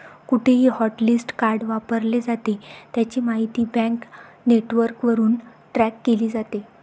कुठेही hotlist card वापरले जाते, त्याची माहिती बँक नेटवर्कवरून ट्रॅक केली जाते